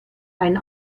einen